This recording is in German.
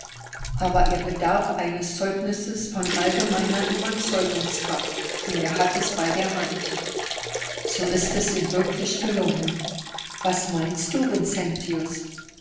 aber er bedarf eines zeugnisses von allgemeiner überzeugungskraft und er hat es bei der hand so ist es ihm wirklich gelungen was meinst du